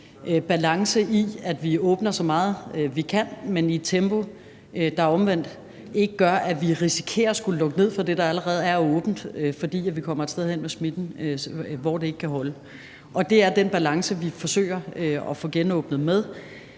balance i, at vi åbner så meget, som vi kan, men i et tempo, der omvendt ikke gør, at vi risikerer at skulle lukke ned for det, der allerede er åbent, fordi vi kommer et sted hen med smitten, hvor det ikke kan holde. Og det er den balance, vi forsøger at få genåbnet med.